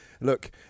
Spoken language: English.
Look